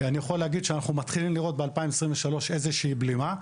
אני יכול להגיד שאנחנו יכולים לראות ב-2023 איזושהי בלימה.